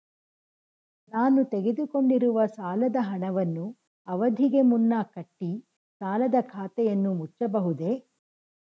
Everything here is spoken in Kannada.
ನಾನು ತೆಗೆದುಕೊಂಡಿರುವ ಸಾಲದ ಹಣವನ್ನು ಅವಧಿಗೆ ಮುನ್ನ ಕಟ್ಟಿ ಸಾಲದ ಖಾತೆಯನ್ನು ಮುಚ್ಚಬಹುದೇ?